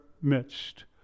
midst